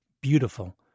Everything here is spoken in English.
beautiful